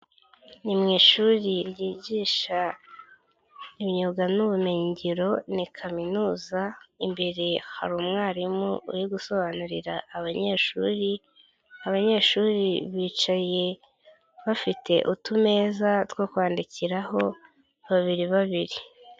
Ni mu ishuri ryigisha imyuga n'ubumenyingiro, ni kaminuza imbere hari umwarimu uri gusobanurira abanyeshuri, abanyeshuri bicaye bafite utumeza two kwandikiraho babiri babiri.